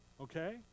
Okay